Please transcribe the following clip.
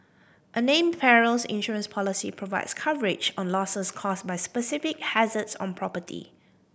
a named perils insurance policy provides coverage on losses caused by specific hazards on property